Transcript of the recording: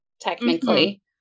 technically